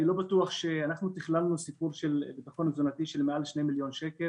אני לא בטוח שתכללנו סיפור של ביטחון תזונתי של מעל 2 מיליון שקלים